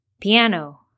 piano